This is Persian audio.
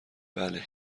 بله